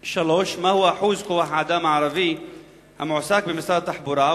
3. מהו אחוז כוח-האדם הערבי המועסק במשרד התחבורה,